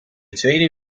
tweede